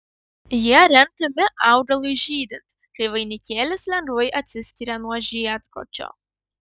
jie renkami augalui žydint kai vainikėlis lengvai atsiskiria nuo žiedkočio